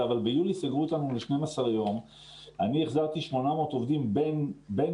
מעסיק שצריך לבחור בין שני מסלולים של בדיוק